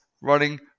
running